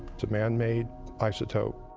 it's a manmade isotope,